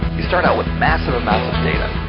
you start out with massive amount of data.